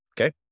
Okay